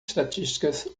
estatísticas